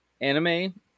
Anime